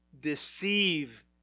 deceive